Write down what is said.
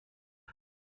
رسد